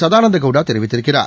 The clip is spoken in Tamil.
சதானந்தா கவுடா தெரிவித்திருக்கிறார்